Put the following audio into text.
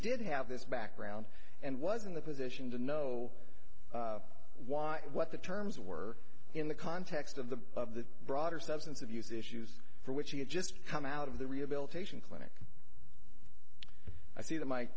did have this background and was in the position to know why and what the terms were in the context of the of the broader substance abuse issues for which he had just come out of the rehabilitation clinic i see that my